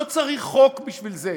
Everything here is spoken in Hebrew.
לא צריך חוק בשביל זה,